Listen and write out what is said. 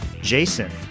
Jason